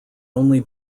only